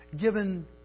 given